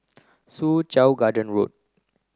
Soo Chow Garden Road